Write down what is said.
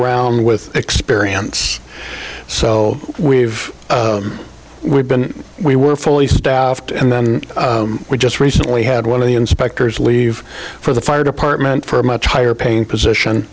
around with experience so we've been we were fully staffed and then we just recently had one of the inspectors leave for the fire department for a much higher paying position